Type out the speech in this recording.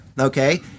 Okay